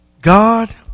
God